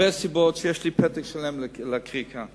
יש לזה הרבה סיבות, יש לי פתק שלם לקרוא כאן.